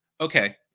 Okay